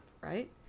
right